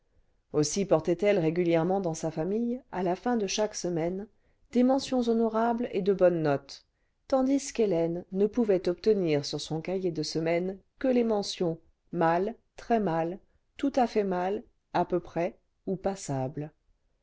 aussi portait-elle régulièrement clans sa famille à la fin de chaque semaine des mentions honorables et cle bonnes notes tandis qu'hélène ne pouvait obtenir sur son cahier de semaine que les mentions mal très mal tout à fait mal à peu près ou passable